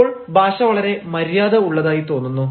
ഇപ്പോൾ ഭാഷ വളരെ മര്യാദ ഉള്ളതായി തോന്നുന്നു